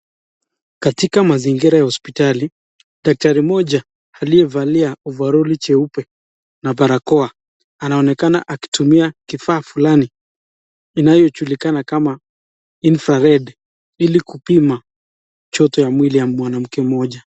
Katika mazingira ya hospitali, daktari mmoja aliyevaa overall[/cs] jeupe na barakoa, anaonekana akitumia kifaa fulani inayojulikana kama infrared ili kupima joto ya mwili ya mwanamke mmoja.